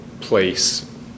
place